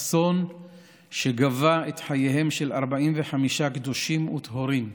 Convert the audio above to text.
אסון שגבה את חייהם של 45 קדושים וטהורים,